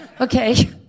okay